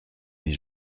mes